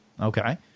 Okay